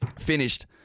Finished